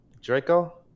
Draco